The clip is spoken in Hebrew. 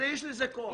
יש לזה כוח.